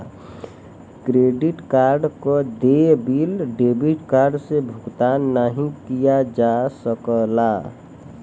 credit card क देय bill debit card से भुगतान नाहीं किया जा सकला